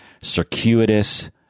circuitous